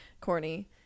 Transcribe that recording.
corny